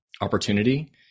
opportunity